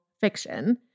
fiction